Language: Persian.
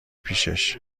پیشش